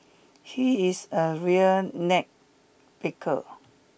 he is a real nitpicker